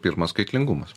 pirma skaitlingumas